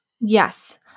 Yes